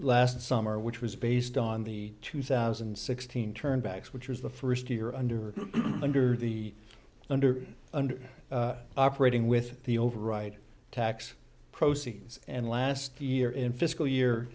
last summer which was based on the two thousand and sixteen turn backs which was the first year under under the under under operating with the override tax proceeds and last year in fiscal year